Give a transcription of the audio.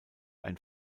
ein